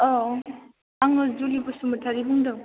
औ आङो जुलि बसुमतारि बुंदों